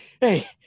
hey